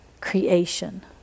creation